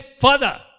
further